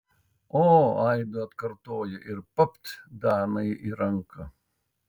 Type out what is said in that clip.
o aidu atkartojo ir papt danai į ranką